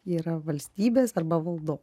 yra valstybės arba valdo